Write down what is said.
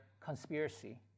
conspiracy